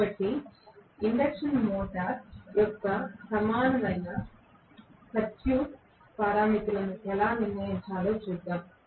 కాబట్టి induction motor యొక్క సమానమైన సర్క్యూట్ పారామితులను ఎలా నిర్ణయించాలో చూద్దాం